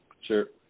Sure